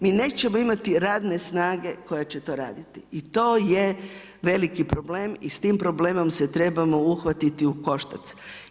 Mi nećemo imati radne snage koja će to raditi i to je veliki problem i s tim problemom se trebamo uhvatiti u koštac.